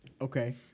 Okay